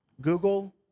Google